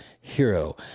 hero